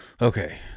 Okay